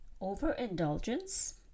Overindulgence